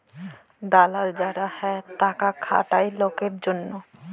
দালাল যারা হ্যয় টাকা খাটায় লকের জনহে